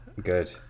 Good